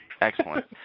Excellent